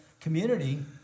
community